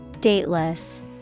Dateless